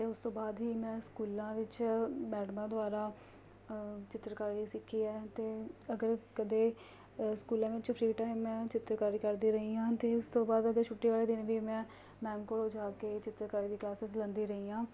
ਅਤੇ ਉਸ ਤੋਂ ਬਾਅਦ ਹੀ ਮੈਂ ਸਕੂਲਾਂ ਵਿੱਚ ਮੈਡਮਾਂ ਦੁਆਰਾ ਚਿੱਤਰਕਾਰੀ ਸਿੱਖੀ ਹੈ ਅਤੇ ਅਗਰ ਕਦੇ ਸਕੂਲਾਂ ਵਿੱਚ ਫ੍ਰੀ ਟਾਈਮ ਮੈਂ ਚਿੱਤਰਕਾਰੀ ਕਰਦੀ ਰਹੀ ਹਾਂ ਅਤੇ ਉਸ ਤੋਂ ਬਾਅਦ ਅਗਰ ਛੁੱਟੀ ਵਾਲੇ ਦਿਨ ਵੀ ਮੈਂ ਮੈਮ ਕੋਲੋਂ ਜਾ ਕੇ ਚਿੱਤਰਕਾਰੀ ਦੀ ਕਲਾਸਿਸ ਲਾਉਂਦੀ ਰਹੀ ਹਾਂ